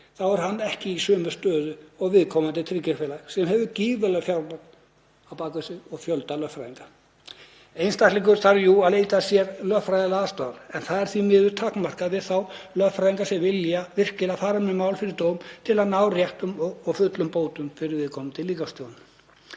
þá er hann ekki í sömu stöðu og viðkomandi tryggingafélag sem hefur gífurlegt fjármagn á bak við sig og fjölda lögfræðinga. Einstaklingur þarf jú að leita sér lögfræðiaðstoðar en það er því miður takmarkað við þá lögfræðinga sem vilja virkilega fara með mál fyrir dóm til að ná réttum og fullum bótum fyrir viðkomandi líkamstjón.